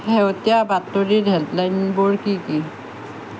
শেহতীয়া বাতৰিৰ হে'ডলাইনবোৰ কি কি